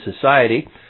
society